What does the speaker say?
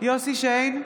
יוסף שיין,